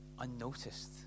unnoticed